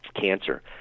cancer